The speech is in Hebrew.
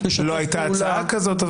לא הייתה הצעה כזאת.